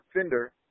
fender